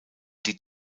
die